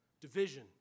Division